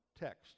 text